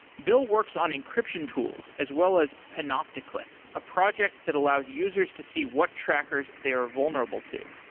bill works on encryption tools as well as panopticlick, a project that allows users to see what trackers they're vulnerable to.